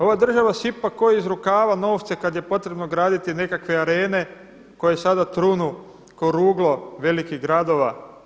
Ova država sipa ko iz rukava novce kad je potrebno graditi nekakve arene koje sada trunu ko ruglo velikih gradova.